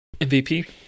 MVP